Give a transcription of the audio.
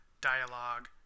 dialogue